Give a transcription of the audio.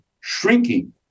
shrinking